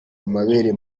amabere